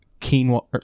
quinoa